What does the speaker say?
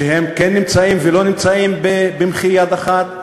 שהם כן נמצאים ולא נמצאים במחי יד אחת?